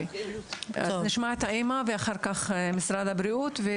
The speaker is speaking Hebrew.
עכשיו אימא נוספת.